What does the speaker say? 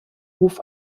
ruf